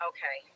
Okay